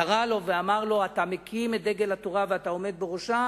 קרא לו ואמר לו: אתה מקים את דגל התורה ואתה עומד בראשה,